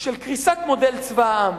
של קריסת מודל צבא העם.